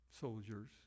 soldiers